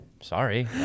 Sorry